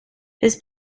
his